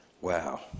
wow